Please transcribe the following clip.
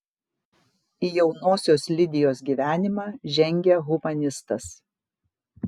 į jaunosios lidijos gyvenimą žengia humanistas